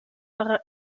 marin